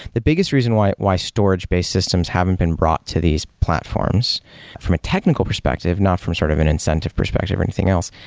the biggest reason why why storage-based systems haven't been brought to these platforms from a technical perspective, not from sort of an incentive perspective or anything else,